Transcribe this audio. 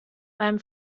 beim